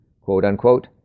quote-unquote